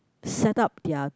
setup their